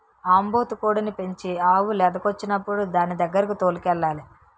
ఆంబోతు కోడిని పెంచి ఆవు లేదకొచ్చినప్పుడు దానిదగ్గరకి తోలుకెళ్లాలి